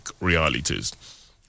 realities